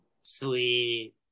sweet